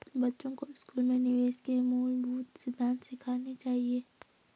बच्चों को स्कूल में निवेश के मूलभूत सिद्धांत सिखाने चाहिए